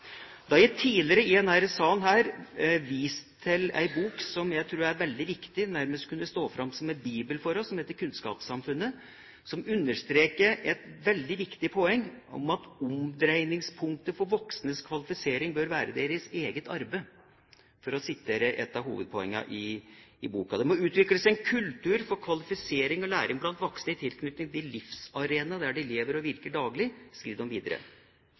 Tidligere i denne salen har jeg vist til en bok som jeg tror er veldig viktig, som nærmest kan stå for oss som en bibel, nemlig «Kunnskapssamfunnet», som understreker et veldig viktig poeng, at omdreiningspunktet for voksnes kvalifisering bør være deres eget arbeid, som er et av hovedpoengene i boken. «Det må utvikles en kultur for kvalifisering og læring blant voksne i tilknytning til de livsarenaene der de lever og virker daglig», skriver de videre.